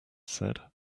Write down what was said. said